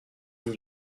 vous